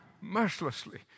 mercilessly